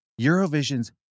Eurovision's